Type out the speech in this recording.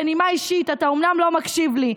בנימה אישית: אתה אומנם לא מקשיב לי,